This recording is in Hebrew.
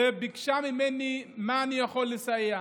היא ביקשה לדעת ממני במה אני יכול לסייע.